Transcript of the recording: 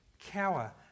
cower